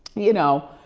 you know,